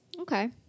Okay